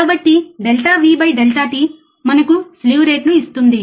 కాబట్టి delta V by delta T మనకు slew రేటును ఇస్తుంది